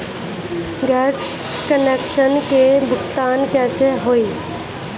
Gas connection के भुगतान कैसे होइ?